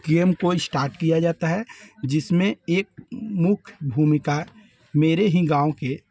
game को start किया जाता है जिसमें एक मुख्य भूमिका मेरे ही गाँव के